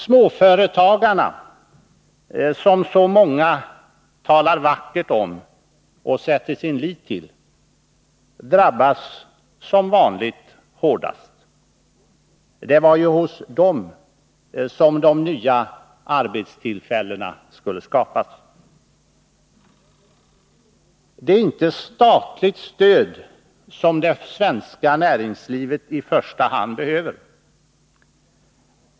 Småföretagarna, som så många talar vackert om och sätter sin lit till, drabbas som vanligt hårdast. Det var ju hos dem som de nya arbetstillfällena skulle skapas. Det är inte statligt stöd som det svenska näringslivet behöver.